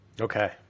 Okay